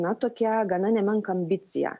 na tokią gana nemenką ambiciją